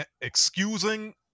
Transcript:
excusing